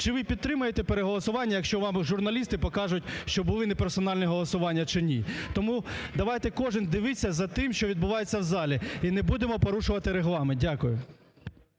Чи ви підтримуєте переголосування, якщо вам журналісти покажуть, що були неперсональне голосування чи ні? Тому давайте кожен дивіться за тим, що відбувається в залі, і не будемо порушувати Регламент. Дякую.